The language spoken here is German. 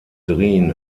drin